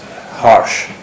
harsh